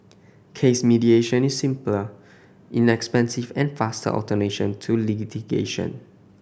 case mediation is simpler inexpensive and faster to litigation